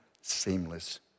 seamless